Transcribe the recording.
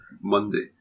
Monday